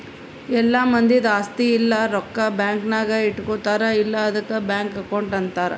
ಎಲ್ಲಾ ಮಂದಿದ್ ಆಸ್ತಿ ಇಲ್ಲ ರೊಕ್ಕಾ ಬ್ಯಾಂಕ್ ನಾಗ್ ಇಟ್ಗೋತಾರ್ ಅಲ್ಲಾ ಆದುಕ್ ಬ್ಯಾಂಕ್ ಅಕೌಂಟ್ ಅಂತಾರ್